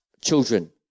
children